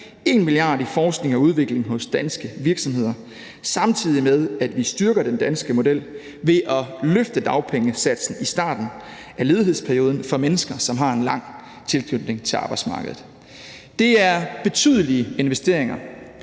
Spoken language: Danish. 1 mia. kr. i forskning og udvikling hos danske virksomheder, samtidig med at vi styrker den danske model ved at løfte dagpengesatsen i starten af ledighedsperioden for mennesker, som har en lang tilknytning til arbejdsmarkedet. Det er betydelige investeringer,